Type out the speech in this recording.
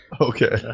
Okay